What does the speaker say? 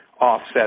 offset